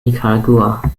nicaragua